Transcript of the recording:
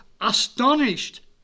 astonished